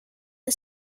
the